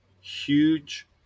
huge